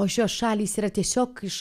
o šios šalys yra tiesiog iš